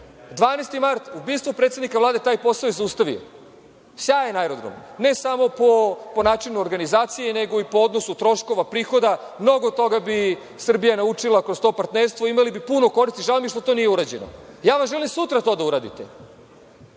12. mart, ubistvo predsednika Vlade, taj posao je zaustavio. Sjajan aerodrom, ne samo po načinu organizacije, nego i po odnosu troškova, prihoda, mnogo toga bi Srbija naučila kroz to partnerstvo, imali bi puno koristi. Žao mi je što to nije urađeno. Ja vam želim sutra to da uradite.